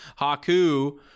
Haku